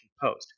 post